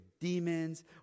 demons